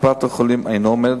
בימים אלו מתבצעת עבודת